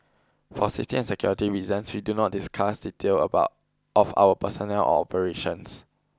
for safety and security reasons we do not discuss details about of our personnel or operations